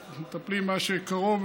אנחנו מטפלים במה שקרוב,